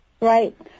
Right